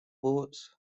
boats